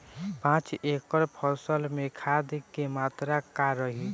पाँच एकड़ फसल में खाद के मात्रा का रही?